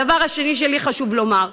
הדבר השני שלי חשוב לומר: